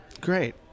great